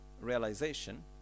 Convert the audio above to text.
realization